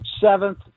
seventh